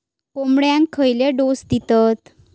कोंबड्यांक खयले डोस दितत?